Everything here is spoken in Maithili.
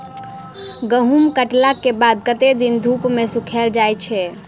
गहूम कटला केँ बाद कत्ते दिन धूप मे सूखैल जाय छै?